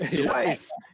twice